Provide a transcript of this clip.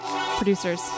producers